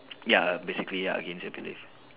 ya err basically ya against your belief